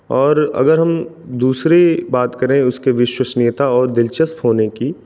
और अगर हम दूसरी बात करें उसके विश्वसनीयता और दिलचस्प होने की